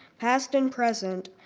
past and present,